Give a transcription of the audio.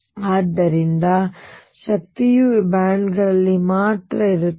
ಆದ್ದರಿಂದ ಶಕ್ತಿಯು ಈ ಬ್ಯಾಂಡ್ಗಳಲ್ಲಿ ಮಾತ್ರ ಇರುತ್ತದೆ